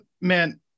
Man